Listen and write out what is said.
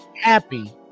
happy